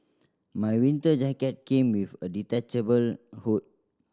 my winter jacket came with a detachable hood